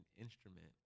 instrument